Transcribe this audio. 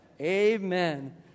Amen